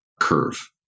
curve